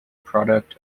product